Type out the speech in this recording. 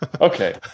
Okay